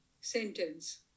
sentence